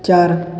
चार